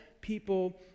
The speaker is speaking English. people